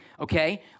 Okay